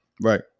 Right